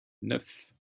neuf